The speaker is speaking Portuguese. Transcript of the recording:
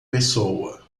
pessoa